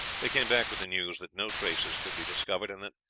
they came back with the news that no traces could be discovered, and that,